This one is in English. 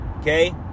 okay